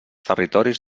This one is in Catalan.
territoris